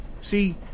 See